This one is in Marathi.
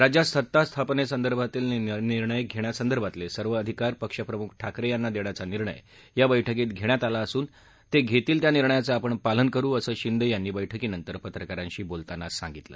राज्यात सत्ता स्थापनेसंदर्भातील निर्णय घेण्यासंदर्भातले सर्व अधिकार पक्षप्रमुख ठाकरे यांना देण्याचा निर्णय या बैठकीत घेण्यात आला असून ते घेतील त्या निर्णयाचं आपण पालन करू असं शिंदे यांनी बैठकीनंतर पत्रकारांशी बोलताना सांगितलं